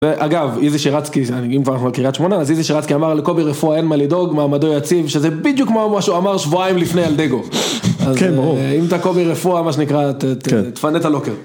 אגב, איזי שירצקי, אם כבר אנחנו על קריית שמונה, אז איזי שירצקי אמר לקובי רפואה אין מה לדאוג, מעמדו יציב, שזה בדיוק כמו מה שהוא אמר שבועיים לפני אלדגו. כן, ברור. אם אתה קובי רפואה, מה שנקרא, תפנה את הלוקר.